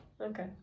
okay